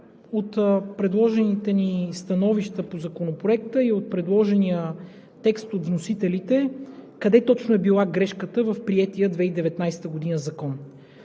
от предложените ни становища по Законопроекта и от предложения текст от вносителите къде точно е била грешката в приетия през 2019 г. закон.